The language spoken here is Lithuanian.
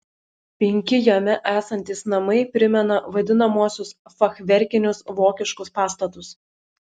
penki jame esantys namai primena vadinamuosius fachverkinius vokiškus pastatus